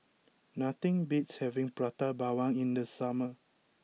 nothing beats having Prata Bawang in the summer